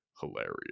hilarious